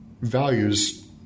values